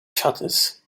shutters